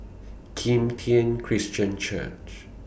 Kim Tian Christian Church